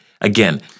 Again